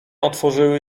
otworzyły